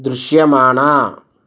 దృశ్యమాన